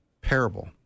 parable